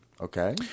Okay